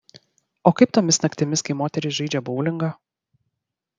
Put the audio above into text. o kaip tomis naktimis kai moterys žaidžia boulingą